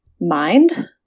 mind